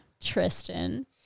Tristan